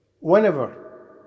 whenever